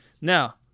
now